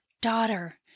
Daughter